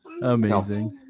Amazing